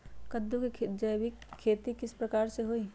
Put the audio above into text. कददु के जैविक खेती किस प्रकार से होई?